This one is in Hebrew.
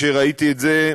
כשראיתי את זה,